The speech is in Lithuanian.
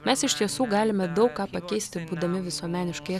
mes iš tiesų galime daug ką pakeisti būdami visuomeniškai